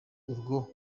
urwo